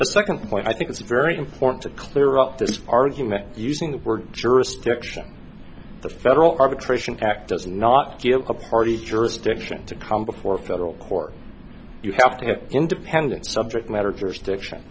the second point i think it's very important to clear up this argument using the word jurisdiction the federal arbitration pact does not give a party jurisdiction to come before a federal court you have to have independent subject matter jurisdiction